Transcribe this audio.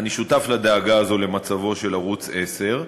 אני שותף לדאגה הזאת למצבו של ערוץ 10,